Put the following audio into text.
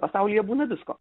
pasaulyje būna visko